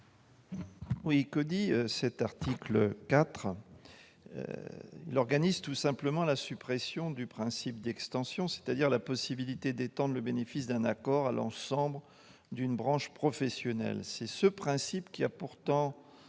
l'objet de cet article 4 ? Il organise tout simplement la suppression du principe d'extension, c'est-à-dire la possibilité d'étendre le bénéfice d'un accord collectif à l'ensemble d'une branche professionnelle. C'est pourtant